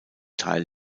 teil